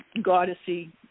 goddessy